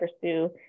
pursue